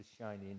shining